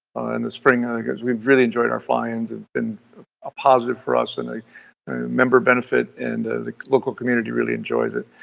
and the spring, um because we've really enjoyed our fly-ins and a positive for us, and a member benefit and the local community really enjoys it.